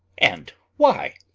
and why,